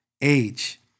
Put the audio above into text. age